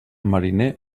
mariner